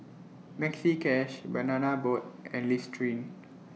Maxi Cash Banana Boat and Listerine